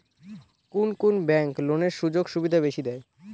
কুন কুন ব্যাংক লোনের সুযোগ সুবিধা বেশি দেয়?